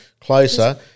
closer